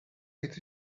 its